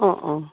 অঁ অঁ